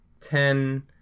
ten